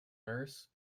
nurse